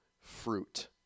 fruit